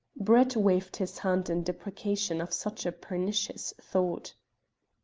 brett waved his hand in deprecation of such a pernicious thought.